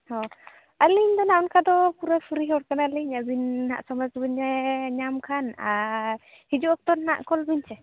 ᱦᱚᱸ ᱟᱞᱤᱧ ᱫᱚ ᱦᱟᱸᱜ ᱚᱱᱠᱟ ᱯᱩᱨᱟᱹ ᱯᱷᱨᱤ ᱦᱚᱲ ᱠᱟᱱᱟᱞᱤᱧ ᱟᱵᱤᱱ ᱱᱟᱦᱟᱜ ᱥᱚᱢᱚᱭ ᱠᱚᱵᱤᱱ ᱧᱟᱢ ᱠᱷᱟᱱ ᱟᱨ ᱦᱤᱡᱩᱜ ᱚᱠᱛᱚ ᱨᱮ ᱱᱟᱦᱟᱜ ᱠᱚᱞ ᱵᱤᱱ ᱪᱮ